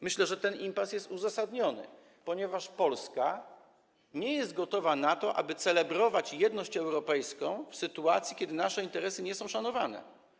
Myślę, że ten impas jest uzasadniony, ponieważ Polska nie jest gotowa na to, aby celebrować jedność europejską w sytuacji, kiedy nasze interesy nie są szanowane.